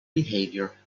behavior